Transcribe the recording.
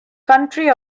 country